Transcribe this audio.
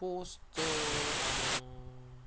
पस्टथ' आं